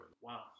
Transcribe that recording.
Wow